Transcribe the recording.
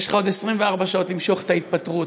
יש לך עוד 24 שעות למשוך את ההתפטרות.